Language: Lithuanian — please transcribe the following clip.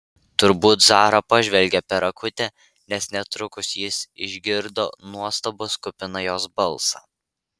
turbūt zara pažvelgė per akutę nes netrukus jis išgirdo nuostabos kupiną jos balsą